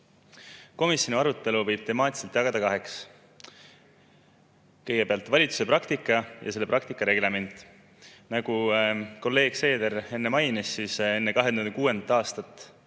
Komisjoni arutelu võib temaatiliselt jagada kaheks. Kõigepealt, valitsuse praktika ja selle praktika reglement. Nagu kolleeg Seeder mainis, enne 2006. aastat